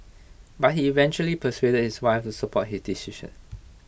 but he eventually persuaded his wife to support his decision